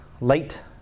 late